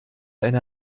eine